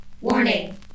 Warning